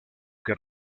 que